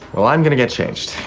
well, i'm gonna get changed.